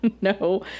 no